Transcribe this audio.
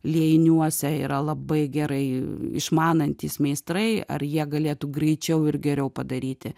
liejiniuose yra labai gerai išmanantys meistrai ar jie galėtų greičiau ir geriau padaryti